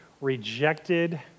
rejected